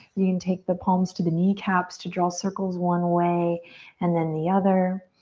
you can take the palms to the kneecaps to draw circles one way and then the other.